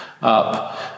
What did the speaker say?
up